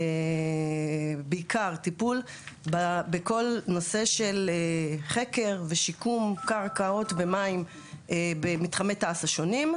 בעיקר טיפול בכל נושא של חקר ושיקום קרקעות ומים במתחמי תעש השונים,